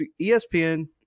espn